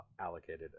allocated